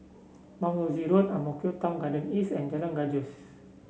Mount Rosie Road Ang Mo Kio Town Garden East and Jalan Gajus